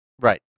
Right